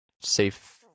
Safe